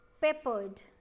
Peppered